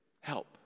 help